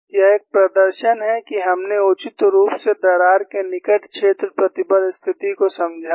यह एक प्रदर्शन है कि हमने उचित रूप से दरार के निकट क्षेत्र प्रतिबल स्थिति को समझा है